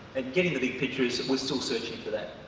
and getting the big picture is, we're still searching for that.